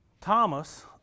Thomas